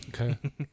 Okay